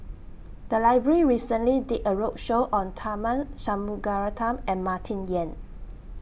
The Library recently did A roadshow on Tharman Shanmugaratnam and Martin Yan